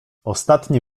ostatnie